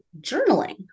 journaling